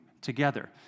together